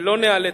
ולא ניאלץ,